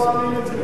לא מעלים את זה.